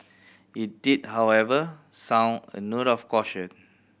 it did however sound a note of caution